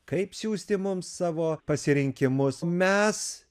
kaip siųsti mums savo pasirinkimus mes